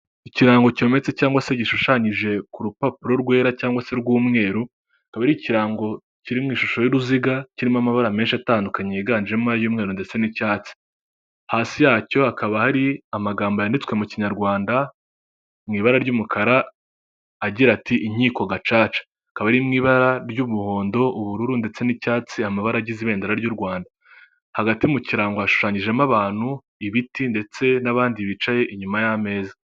Ikirango cyometse cyangwa se gishushanyije ku rupapuro rwera cyangwa se rw'umweru, akaba ari ikirango kiri mu ishusho y'uruziga kirimo amabara menshi atandukanye yiganjemo ay'umweru, ndetse n'icyatsi hasi yacyo hakaba hari amagambo yanditswe mu kinyarwanda mu ibara ry'umukara agira ati inkiko gacaca; akaba iri mu ibara ry'umuhondo, ubururu ndetse n'icyatsi amabara agize ibendera ry'u Rwanda. Hagati mu kirango yashushanyijemo abantu, ibiti ndetse n'abandi bicaye inyuma y'ameza.